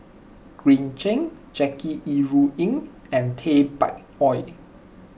Green Zeng Jackie Yi Ru Ying and Tay Bak Koi